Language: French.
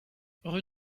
rue